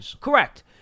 correct